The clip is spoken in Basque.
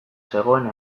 zegoen